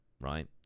right